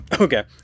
okay